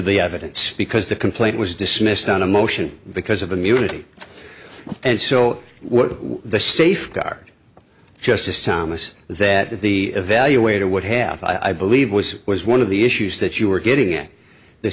the evidence because the complaint was dismissed on a motion because of immunity and so what the safeguards justice thomas that the evaluator would have i believe was was one of the issues that you were getting at th